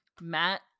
Matt